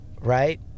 Right